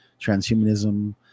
transhumanism